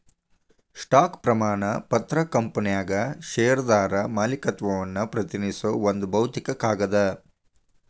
stock ಪ್ರಮಾಣ ಪತ್ರ ಕಂಪನ್ಯಾಗ ಷೇರ್ದಾರ ಮಾಲೇಕತ್ವವನ್ನ ಪ್ರತಿನಿಧಿಸೋ ಒಂದ್ ಭೌತಿಕ ಕಾಗದ